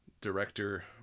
director